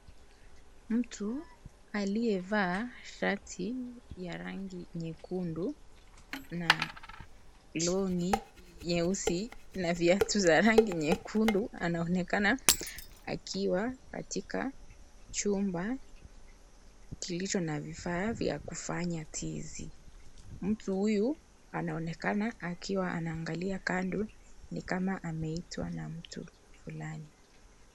Mtu, aliyevaa, shati, ya rangi nyekundu, na, longi, nyeusi, na viatu nyekundu, anaonekana akiwa, katika, chumba, kilicho na vifaa, vya kufanya tizi, mtu huyu, anaonekana akiwa anaangalia kando, ni kama ameitwa na mtu, fulani.